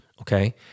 Okay